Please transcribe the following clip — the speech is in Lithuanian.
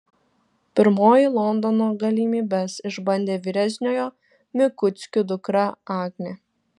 pirmoji londono galimybes išbandė vyresniojo mikuckių dukra agnė